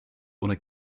ohne